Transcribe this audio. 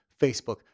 Facebook